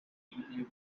behavior